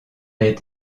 est